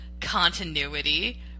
continuity